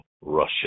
Russia